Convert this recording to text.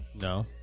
No